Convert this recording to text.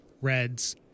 reds